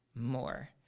more